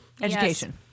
education